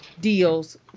deals